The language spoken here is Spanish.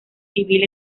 civil